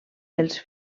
els